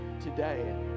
today